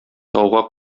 тауга